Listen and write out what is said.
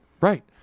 right